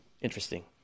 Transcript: Interesting